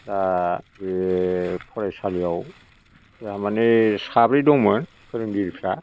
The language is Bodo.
दा बे फरायसालियाव जोंहा माने साब्रै दंमोन फोरोंगिरिफ्रा